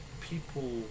people